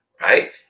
right